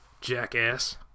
jackass